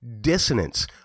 dissonance